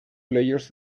players